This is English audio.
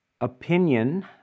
opinion